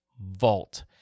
vault